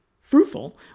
fruitful